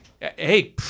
hey